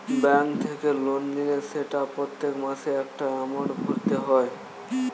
bank থেকে loan নিলে সেটা প্রত্যেক মাসে একটা এমাউন্ট ভরতে হয়